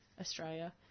Australia